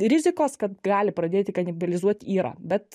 rizikos kad gali pradėti kanibalizuot yra bet